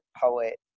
poet